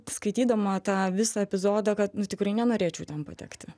skaitydama tą visą epizodą kad nu tikrai nenorėčiau ten patekti